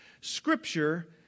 Scripture